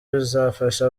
bizafasha